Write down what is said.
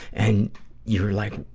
and you're like,